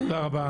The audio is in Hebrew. תודה רבה.